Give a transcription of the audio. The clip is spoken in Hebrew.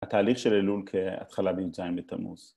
‫התהליך של אלול ‫כהתחלה ב-20 לתמוז.